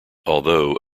although